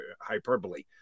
hyperbole